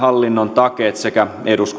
takeet sekä